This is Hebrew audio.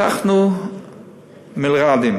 פתחנו מלר"דים